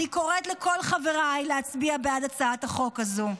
אני קוראת לכל חבריי להצביע בעד הצעת החוק הזאת.